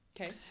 Okay